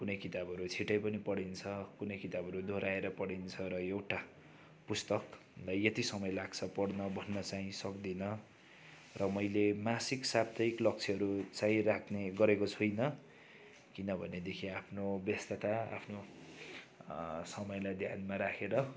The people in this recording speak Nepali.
कुनै किताबहरू चाहिँ छिट्टै पनि पढिन्छ कुनै किताबहरू दोहोर्याएर पढिन्छ र एउटा पुस्तकलाई यति समय लाग्छ पढ्न भन्न चाहिँ सक्दिनँ र मैले मासिक साथै लक्ष्यहरू चाहिँ राख्ने गरेको छुइनँ किनभनेदेखि आफ्नो व्यस्तता आफ्नो समयलाई ध्यानमा राखेर